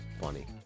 funny